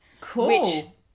Cool